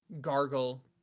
gargle